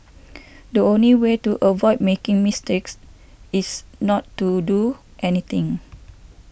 the only way to avoid making mistakes is not to do anything